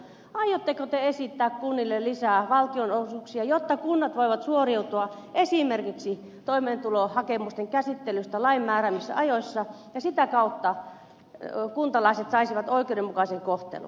aiotteko te esittää kunnille lisää valtionosuuksia jotta kunnat voivat suoriutua esimerkiksi toimeentulotukihakemusten käsittelystä lain määräämissä ajoissa ja sitä kautta kuntalaiset saisivat oikeudenmukaisen kohtelun